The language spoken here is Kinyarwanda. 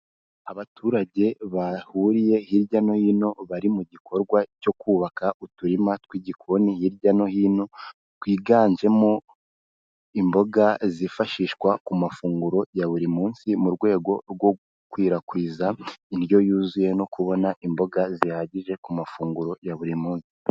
Abaturage bahuriye hirya no hino, bari mu gikorwa cyo kubaka uturima tw'igikoni hirya no hino, twiganjemo imboga zifashishwa ku mafunguro ya buri munsi, mu rwego rwo gukwirakwiza indyo yuzuye no kubona imboga zihagije ku mafunguro ya buri munsi.